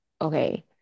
okay